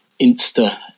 Insta